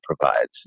provides